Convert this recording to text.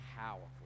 powerful